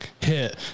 hit